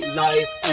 life